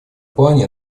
плане